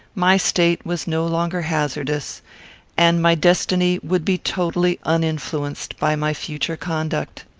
my state was no longer hazardous and my destiny would be totally uninfluenced by my future conduct.